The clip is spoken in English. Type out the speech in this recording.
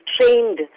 trained